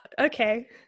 Okay